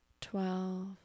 twelve